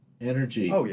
energy